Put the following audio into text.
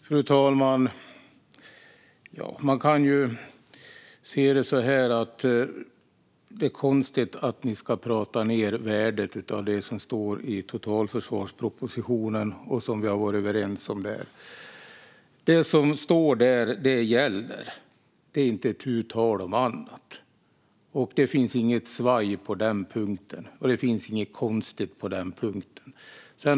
Fru talman! Det är konstigt att ni ska prata ned värdet av det som står i totalförsvarspropositionen och som vi har varit överens om. Det som står där gäller. Det är inte tu tal om annat. Det finns inget svaj eller konstigt på den punkten.